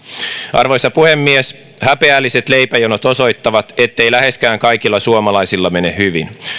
arvoisa puhemies häpeälliset leipäjonot osoittavat ettei läheskään kaikilla suomalaisilla mene hyvin